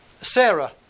Sarah